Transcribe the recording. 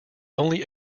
only